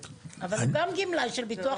ההסתדרות, אבל הוא גם גמלאי של המוסד לביטוח